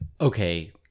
Okay